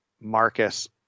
Marcus